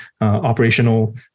operational